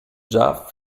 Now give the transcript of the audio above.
già